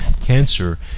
cancer